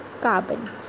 carbon